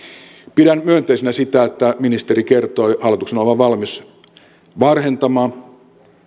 pidän myönteisenä sitä että ministeri kertoi hallituksen olevan valmis varhentamaan